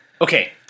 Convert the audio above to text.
Okay